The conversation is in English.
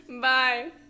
Bye